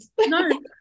no